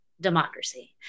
democracy